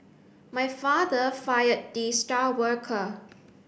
my father fired the star worker